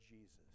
Jesus